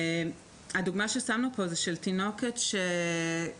הדוגמה ששמנו פה היא של תינוקת שנפלה